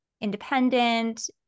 independent